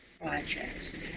projects